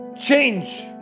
change